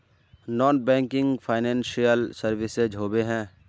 Non banking financial services होबे है?